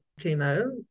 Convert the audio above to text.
chemo